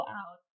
out